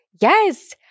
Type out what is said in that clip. Yes